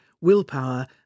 willpower